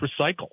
recycle